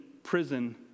prison